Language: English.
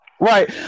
right